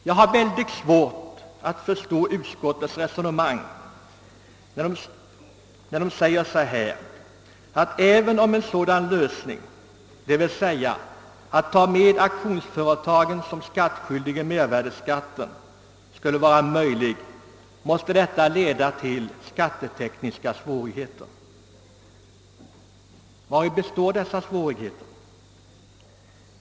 Jag har mycket svårt att förstå utskottsmajoritetens resonemang när den anför att även om en sådan lösning — d.v.s. att ta med auktionsföretagen såsom skattskyldiga inom mervärdeskattesystemet — skulle vara möjlig, måste den leda till skattetekniska svårigheter. Vari består dessa svårigheter?